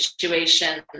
situation